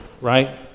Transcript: right